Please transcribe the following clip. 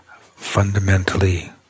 fundamentally